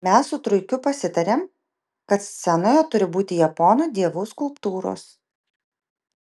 mes su truikiu pasitarėm kad scenoje turi būti japonų dievų skulptūros